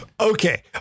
Okay